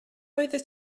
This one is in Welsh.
oeddet